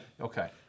Okay